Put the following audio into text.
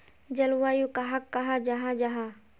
जलवायु कहाक कहाँ जाहा जाहा?